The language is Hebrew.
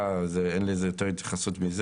אין לזה יותר מדי התייחסות.